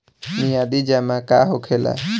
मियादी जमा का होखेला?